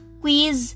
quiz